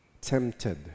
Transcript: tempted